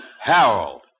Harold